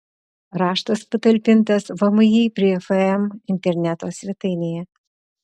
raštas patalpintas vmi prie fm interneto svetainėje